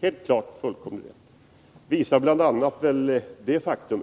Det är helt klart, och det visar väl bl.a. det faktum